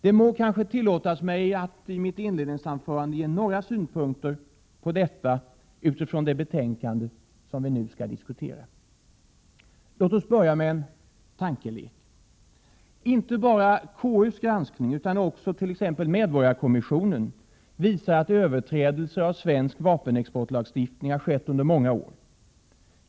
Det må kanske tillåtas mig att i mitt inledningsanförande ge några synpunkter på detta utifrån det betänkade som vi nu skall diskutera. Låt oss börja med en tankelek. Inte bara KU:s granskning utan också t.ex. medborgarkommissionen visar att överträdelser av svensk vapenexportlagstiftning har skett under många år.